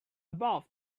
above